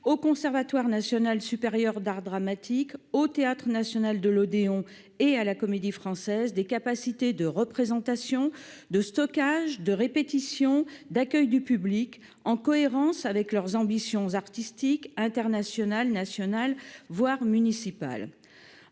au Conservatoire national supérieur d'art dramatique, au Théâtre national de l'Odéon et à la Comédie Française des capacités de représentation de stockage de répétition d'accueil du public, en cohérence avec leurs ambitions artistiques : internationale, nationale, voire municipal,